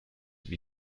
wie